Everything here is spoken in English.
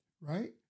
right